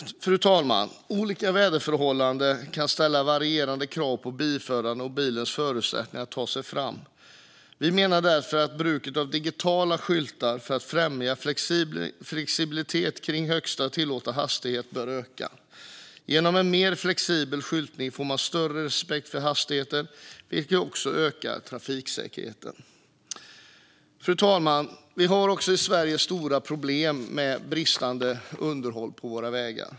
Fru talman! Olika väderförhållanden kan ställa varierande krav på bilförare och bilars förutsättningar att ta sig fram. Vi menar därför att bruket av digitala skyltar för att främja flexibilitet i fråga om högsta tillåtna hastighet bör öka. Genom en mer flexibel skyltning får man större respekt för hastigheter, vilket också ökar trafiksäkerheten. Fru talman! Vi har också i Sverige stora problem med bristande underhåll på våra vägar.